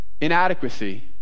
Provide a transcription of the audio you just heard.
inadequacy